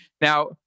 Now